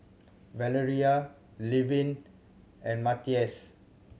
Valarie Levin and Matias